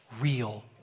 real